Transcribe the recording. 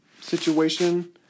situation